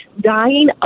dying